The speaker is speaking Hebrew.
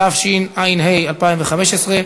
התשע"ה 2015,